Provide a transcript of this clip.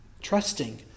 trusting